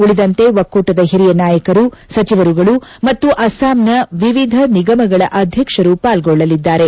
ಉಳಿದಂತೆ ಒಕ್ಕೂಟದ ಹಿರಿಯ ನಾಯಕರು ಸಚಿವರುಗಳು ಮತ್ತು ಅಸ್ಸಾಂನ ವಿವಿಧ ನಿಗಮಗಳ ಅಧ್ಯಕ್ಷರು ಪಾಲ್ಗೊಳ್ಳಲಿದ್ದಾರೆ